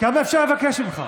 כמה אפשר לבקש ממך?